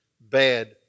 bad